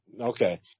Okay